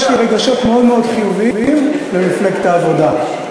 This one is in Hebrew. יש לי רגשות מאוד מאוד חיוביים כלפי מפלגת העבודה,